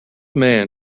man